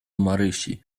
marysi